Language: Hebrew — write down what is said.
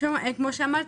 כמו שאמרתי,